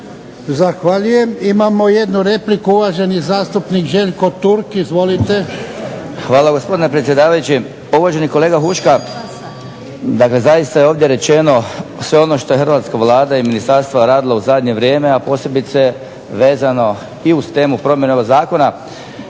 Zahvaljujem. Imamo jednu repliku. Uvaženi zastupnik Željko Turk, izvolite. **Turk, Željko (HDZ)** Hvala gospodine predsjedavajući. Pa uvaženi kolega Huška, dakle zaista je ovdje rečeno sve ono što je hrvatska Vlada i ministarstvo radilo u zadnje vrijeme, a posebice vezano i uz temu promjene ovog zakona.